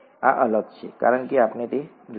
આ અલગ છે કારણ કે આપણે તે પછી જોઈશું